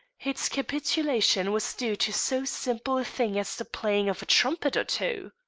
its capitulation was due to so simple a thing as the playing of a trumpet or two.